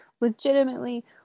legitimately